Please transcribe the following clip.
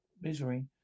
misery